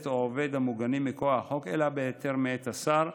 או עובד המוגנים מכוח חוק אלא בהיתר מאת השר,